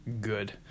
good